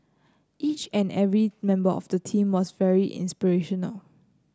each and every member of the team was very inspirational